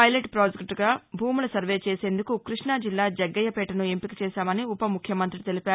pilot పాజెక్టుగా భూముల సర్వే చేసేందుకు కృష్ణజిల్లా జగ్గయ్య పేటను ఎంపిక చేశామని ఉప ముఖ్యమంతి తెలిపారు